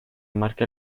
marca